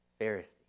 Pharisee